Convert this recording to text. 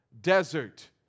desert